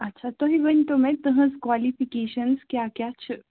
اچھا تُہی ؤنۍتَو وۅنۍ تُہٕنٛز کوٚلِفِکیشنٛز کیٛاہ کیٛاہ چھِ